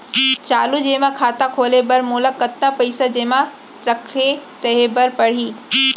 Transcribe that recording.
चालू जेमा खाता खोले बर मोला कतना पइसा जेमा रखे रहे बर पड़ही?